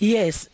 Yes